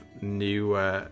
new